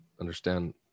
understand